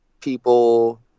people